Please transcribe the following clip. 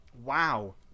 wow